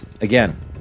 Again